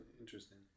interesting